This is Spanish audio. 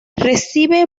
recibe